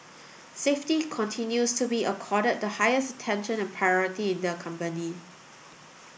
safety continues to be accorded the highest attention and priority in the company